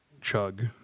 chug